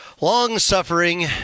long-suffering